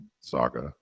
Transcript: saga